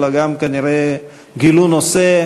אלא גם כנראה גילו נושא,